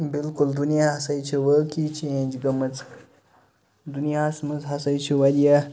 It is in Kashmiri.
بِلکُل دُنیاہَس ہَاے چھِ وٲقعی چینٛج گٔمٕژ دُنیاہَس مَنٛز ہَسا چھِ واریاہ